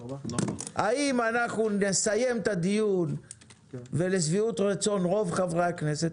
האם אנחנו נסיים את הדיון לשביעות רצון רוב חברי הכנסת?